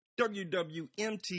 WWMT